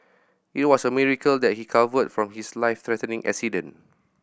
it was a miracle that he recovered from his life threatening accident